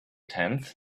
tenth